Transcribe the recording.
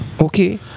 Okay